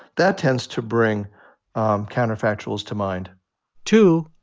that tends to bring um counterfactuals to mind two,